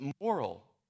moral